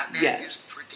yes